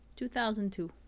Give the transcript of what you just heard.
2002